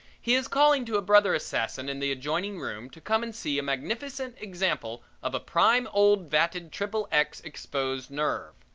he is calling to a brother assassin in the adjoining room to come and see a magnificent example of a prime old-vatted triple x exposed nerve.